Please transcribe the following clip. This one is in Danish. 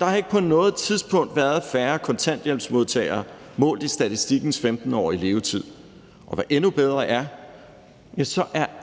der har ikke på noget tidspunkt været færre kontanthjælpsmodtagere målt i statistikkens 15-årige levetid. Og hvad endnu bedre er: